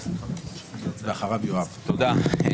תודה.